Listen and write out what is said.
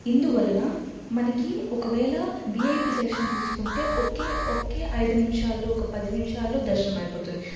ఇందువలన మనకి ఒకవేళ వీఐపీ దర్శనం తీసుకుంటే ఒకే ఒకే ఐదు నిముషాల్లో ఒక పది నిముషాల్లో దర్శనం అయిపోతుంది